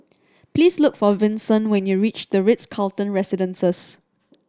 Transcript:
please look for Vinson when you reach The Ritz Carlton Residences